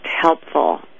helpful